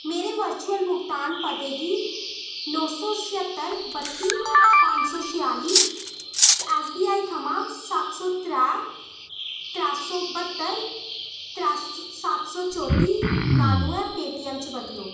मेरे वर्चुअल भुगतान पते गी नौ सो छेहत्तर बत्ती पंज सो छिआली ऐस बी आई थमां सत्त सो त्रै त्रै सौ बह्त्तर त्रै सो सत्त सौ चौत्ती नानुऐ पेटीऐम्म च बदलो